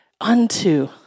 unto